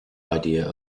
idea